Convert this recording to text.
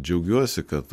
džiaugiuosi kad